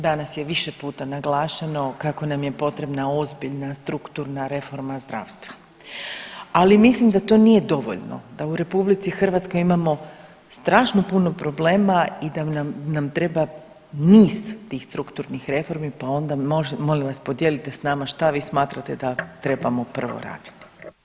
Danas je više puta naglašeno kako nam je potrebna ozbiljna strukturna reforma zdravstava, ali mislim da to nije dovoljno da u RH imamo strašno puno problema i da nam treba niz tih strukturnih reformi pa onda molim vas podijelite s nama šta vi smatrate da trebamo prvo raditi.